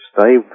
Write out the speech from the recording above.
Stay